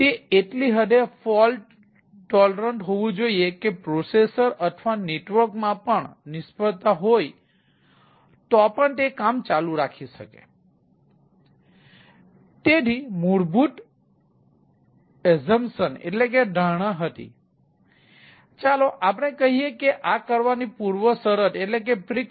તે એટલી હદે ફોલ્ટ ટોલરન્ટ હોવું જોઈએ કે પ્રોસેસર્સ અથવા નેટવર્કમાં પણ નિષ્ફળતા હોય તો પણ તે કામ ચાલુ રાખી શકે